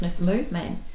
movement